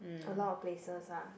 a lot of places ah